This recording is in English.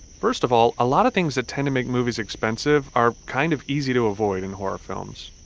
first of all, a lot of things that tend to make movies expensive are kind of easy to avoid in horror films.